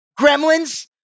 gremlins